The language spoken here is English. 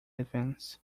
advance